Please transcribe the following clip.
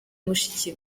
mushiki